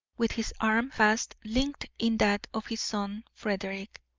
with his arm fast linked in that of his son frederick.